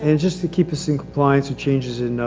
and just to keep us inclined to changes in,